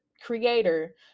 creator